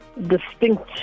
distinct